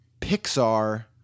Pixar